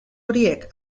horiek